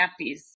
nappies